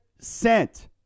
cent